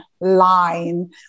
line